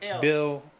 Bill